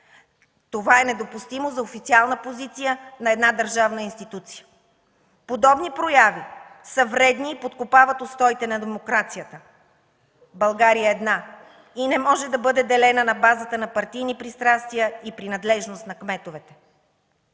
– са недопустими за официална позиция на една държавна институция. Подобни прояви са вредни и подкопават устоите на демокрацията. България е една и не може да бъде делена на базата на партийни пристрастия и принадлежност на кметовете.